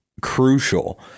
crucial